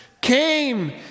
came